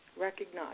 recognize